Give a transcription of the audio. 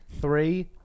three